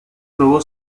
probó